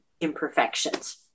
imperfections